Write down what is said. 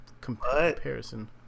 comparison